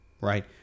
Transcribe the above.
Right